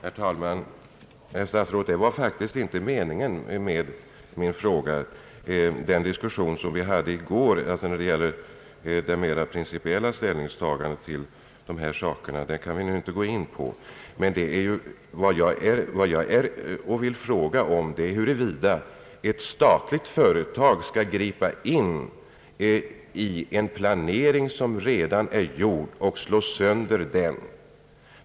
Herr talman! Herr statsråd, det var faktiskt inte meningen med frågan. Den diskussion som fördes i går beträffande det principiella ställningstagandet till dessa ting kan vi nu inte gå in på. Vad jag vill veta är om ett statligt företag skall få gripa in i en planering som redan är gjord och slå sönder den.